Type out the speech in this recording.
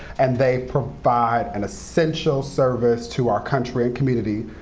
and they provide an essential service to our country and community.